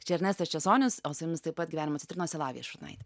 čia ernestas česonis o su jumis taip pat gyvenimo citrinos ir lavija šurnait